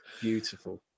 Beautiful